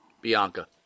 Bianca